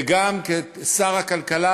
וגם כשר הכלכלה,